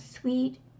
sweet